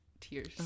tears